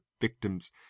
victims